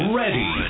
ready